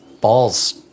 balls